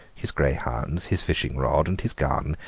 his greyhounds, his fishing rod and his gun,